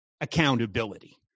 accountability